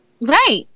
right